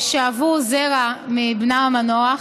ששאבו זרע מבנם המנוח,